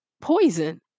poison